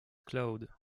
cloud